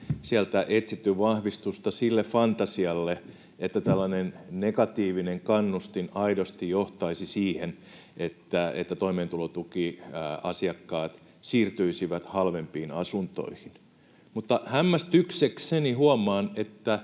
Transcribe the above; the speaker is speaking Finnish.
etsitty vahvistusta sille fantasialle, että tällainen negatiivinen kannustin aidosti johtaisi siihen, että toimeentulotukiasiakkaat siirtyisivät halvempiin asuntoihin. Mutta hämmästyksekseni huomaan, että